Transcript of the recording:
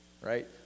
right